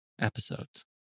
episodes